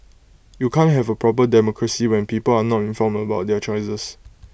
you can't have A proper democracy when people are not informed about their choices